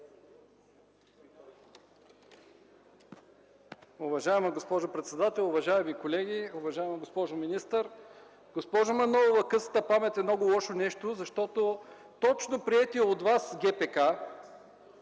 Уважаема госпожо председател, уважаеми колеги, уважаема госпожо министър! Госпожо Манолова, късата памет е много лошо нещо. Точно приетият от Вас ГПК